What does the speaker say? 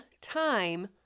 time